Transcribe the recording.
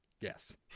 yes